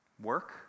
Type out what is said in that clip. Work